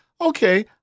okay